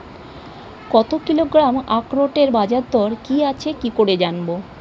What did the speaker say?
এক কিলোগ্রাম আখরোটের বাজারদর কি আছে কি করে জানবো?